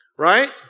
right